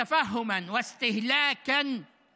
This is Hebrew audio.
מובן יותר וצרכני יותר מהחוק הזה.